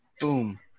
Boom